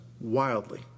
wildly